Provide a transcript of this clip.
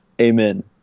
Amen